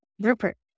Rupert